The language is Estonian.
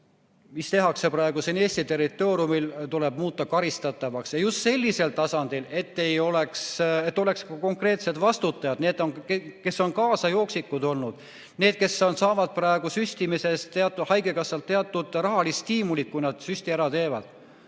mida tehakse praegu siin Eesti territooriumil, tuleb muuta karistatavaks. Ja just sellisel tasandil, et oleks ka konkreetsed vastutajad, kes on kaasajooksikud olnud, need, kes saavad praegu süstimisest haigekassalt teatud rahalist stiimulit, kui nad süsti ära teevad.